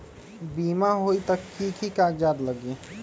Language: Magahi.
बिमा होई त कि की कागज़ात लगी?